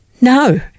No